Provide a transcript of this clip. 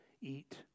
eat